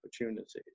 opportunities